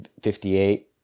58